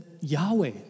Yahweh